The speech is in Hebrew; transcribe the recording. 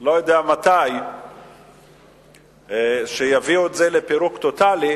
לא יודע מתי שיביאו את זה לפירוק טוטלי,